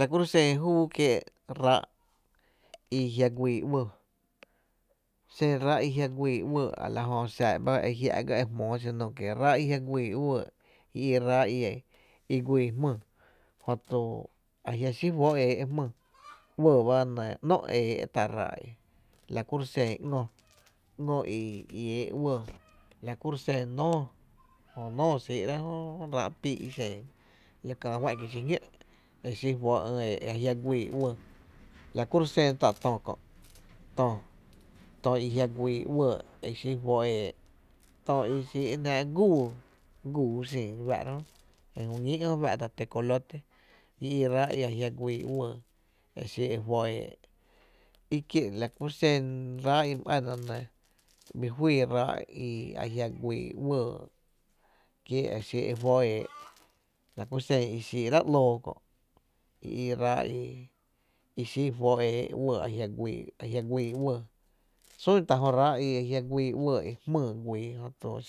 La kuro’ xen júú kiee’ ráá’, i jia’ guïï uɇɇ a la jö xa ba jia’ gá e jmóo xinu kie’ ráá’ i jia’ güii uɇɇ i i ráá’ i güii jmýý, jötu a jia’ xí fó e éé’ jmýy uɇɇ ba nɇɇ ‘nó’ e éé’ tá ráá’ i la kuro’ xen ngö, ngö i éé’ uɇɇ, la kuro’ xen nóó, jö nóó xíí’rá’ jö ráá’ píí’ i xen i kä ju’an kie’ xiñó’, juó e ÿü’ éé’ a jia’ güii uɇɇ la kuro’ xen tá’ tö kö’, tö, tö i jia’ güii uɇɇ e xí fó e éé’ tö i xíí’ jnáá’ gúuú, gúuú xin re fáá’ra jö, e ju ñíí jö fá’tá’ tecolote i i ráá’ i ajia’ güii uɇɇ, i xí i juó e éé’, ikie’ la ku xen ráá’ i mhy ána nɇ, bii fýý ráá’ i jia’ guii uɇɇ kí e xí e juó e éé’ la ku xen i xíí’ráá’ ‘loo kö’ i i ráá i xi i juó e éé’ uɇɇ, ajia’ güii uɇɇ, sun tá jör´´a’ i jia’ güii uɇɇ, jmýy ba güii,